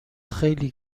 خیلی